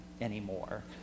anymore